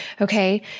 okay